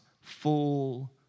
full